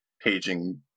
paging